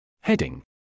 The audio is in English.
Heading